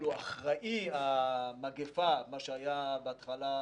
אחראי המגפה, מי שהיה בהתחלה